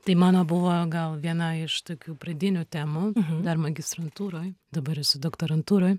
tai mano buvo gal viena iš tokių pradinių temų dar magistrantūroj dabar esu doktorantūroj